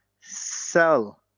sell